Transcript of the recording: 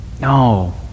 No